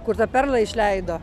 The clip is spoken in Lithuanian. kur tą perlą išleido